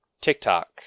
TikTok